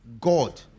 God